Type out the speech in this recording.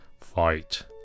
fight